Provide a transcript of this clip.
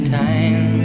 time